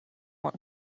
want